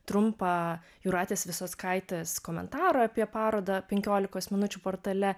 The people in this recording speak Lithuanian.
trumpą jūratės visockaitės komentarą apie parodą penkiolikos minučių portale